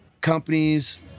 companies